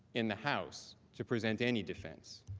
in the house, to present any different.